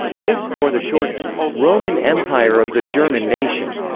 this, or the shortened roman empire of the german nation,